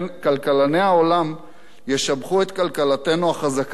העולם ישבחו את כלכלתנו החזקה והיציבה,